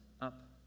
up